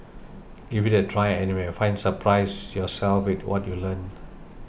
give it a try and you might find surprise yourself with what you learn